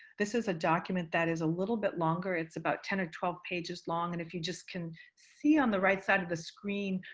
this is a document that is a little bit longer it's about ten or twelve pages long. and if you just can see on the right side of the screen,